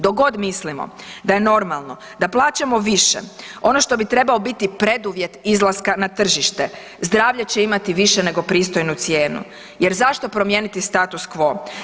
Dok god mislim da je normalno da plaćamo više, ono što bi trebao biti preduvjet izlaska na tržište, zdravlje će imati više nego pristojnu cijenu jer zašto promijeniti status quo?